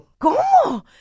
¿Cómo